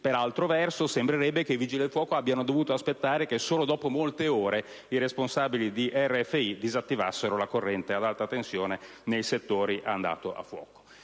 Per altro verso, sembrerebbe che i Vigili del fuoco abbiano dovuto aspettare che, solo dopo molte ore, i responsabili di RFI disattivassero la corrente ad alta tensione nei settori andati a fuoco.